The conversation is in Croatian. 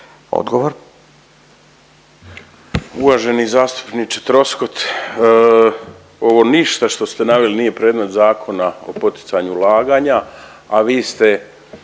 (DP)** Uvaženi zastupniče Troskot ovo ništa što ste naveli nije predmet Zakona o poticanju ulaganja, a vi ste,